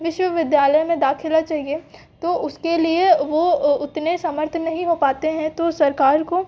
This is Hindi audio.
विश्वविद्यालय में दाखिला चाहिए तो उसके लिए वो उतने समर्थ नहीं हो पाते हैं तो सरकार को